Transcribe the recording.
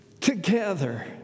together